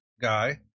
guy